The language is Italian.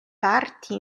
parti